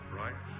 right